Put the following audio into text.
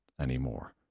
anymore